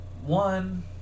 one